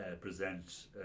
present